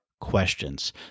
questions